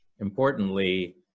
importantly